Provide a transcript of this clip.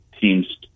teams